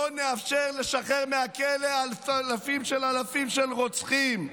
לא נאפשר לשחרר מהכלא אלפים על אלפים של רוצחים.